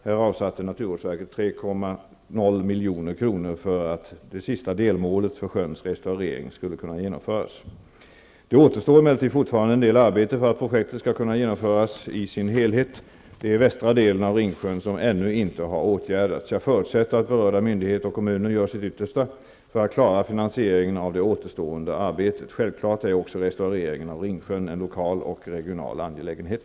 Här avsatte naturvårdsverket 3 milj.kr. för att det sista delmålet för sjöns restaurering skulle kunna genomföras. Det återstår emellertid fortfarande en del arbete för att projektet skall kunna genomföras i sin helhet. Det är västra delen av Ringsjön som ännu inte har åtgärdats. Jag förutsätter att berörda myndigheter och kommuner gör sitt yttersta för att klara finansieringen av det återstående arbetet. Självklart är också restaureringen av Ringsjön en lokal och regional angelägenhet.